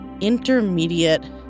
intermediate